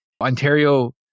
Ontario